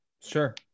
Sure